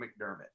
McDermott